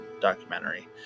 documentary